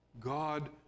God